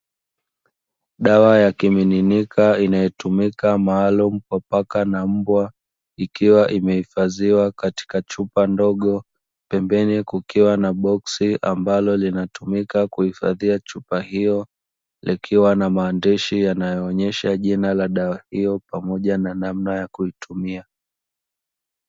Dawa ya kiminika inayotumika maalumu kwa paka na mbwa, ikiwa imehifadhiwa katika chupa ndogo, pembeni kukiwa na boksi ambalo linatumika kuhifadhia chupa hiyo, likiwa na maandishi yanayoonyesha jina la dawa hiyo pamoja na namna ya kuitumia.